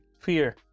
Fear